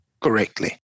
correctly